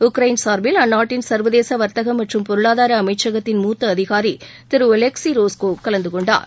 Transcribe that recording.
Ukraine சார்பில் அந்நாட்டின் சர்வதேச வர்த்தக மற்றும் பொருளாதார அமைச்சகத்தின் மூத்த அதிகாரி திரு ஒலெக்ஸி ரோஸ்கோ கலந்து கொண்டார்